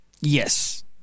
yes